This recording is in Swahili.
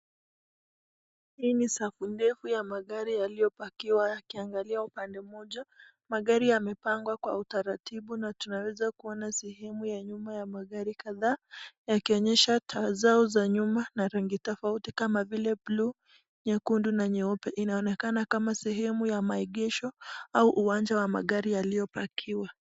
Hii ni safu ndefu ya magari yaliyopakiwa yakiangalia upande moja. Magari yamepangwa kwa utaratibu na tunaweza kuona sehemu ya nyuma ya magari kadhaa, yakionyesha taa zao za nyuma na rangi tofauti kama vile buluu, nyekundu na nyeupe. Inaonekana kama sehemu ya maegesho au uwanja wa magari yaliyopakiwa.